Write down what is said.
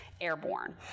airborne